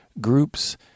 groups